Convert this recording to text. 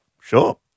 sure